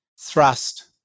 thrust